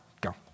go